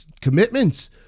commitments